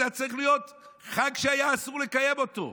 זה היה צריך להיות חג שאסור לקיים אותו.